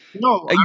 no